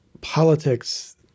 politics